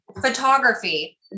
photography